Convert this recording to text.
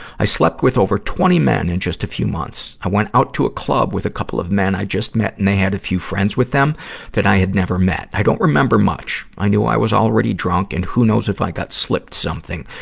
i slept with over twenty men in and just a few months. i went out to a club with a couple of men i'd just met and they had a few friends with them that i had never met. i don't remember much. i knew i was already drunk and who knows if i got slipped something.